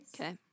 Okay